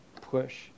push